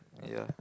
yeah